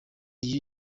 liu